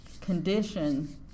condition